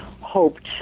hoped